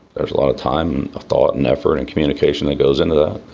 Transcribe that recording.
there's a lot of time, thought and effort and communication that goes into.